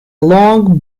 long